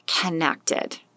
connected